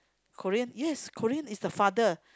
Korean yes Korean is the father